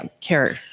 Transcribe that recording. care